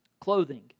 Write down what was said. clothing